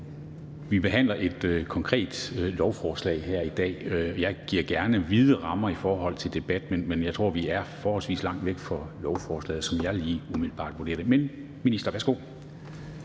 Vi behandler et konkret lovforslag her i dag, og jeg giver gerne vide rammer i forhold til debat, men jeg tror, vi er forholdsvis langt væk fra lovforslaget, som jeg lige umiddelbart vurderer det. Men det er ministeren. Værsgo.